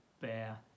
bear